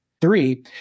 Three